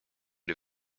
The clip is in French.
les